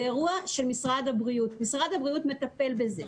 זה אירוע של משרד הבריאות, משרד הבריאות מטפל בזה.